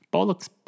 Bollocks